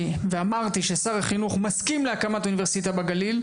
ואמרתי ששר החינוך מסכים להקמת אוניברסיטה בגליל.